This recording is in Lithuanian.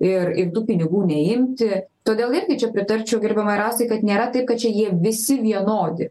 ir ir tų pinigų neimti todėl irgi čia pritarčiau gerbiamai rasai kad nėra taip kad čia jie visi vienodi